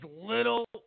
little